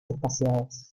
espaciadas